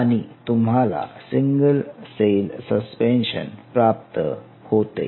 आणि तुम्हाला single cell suspension प्राप्त होते